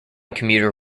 commuter